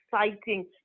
exciting